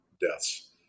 deaths